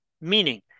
Meaning